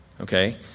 okay